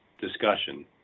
discussion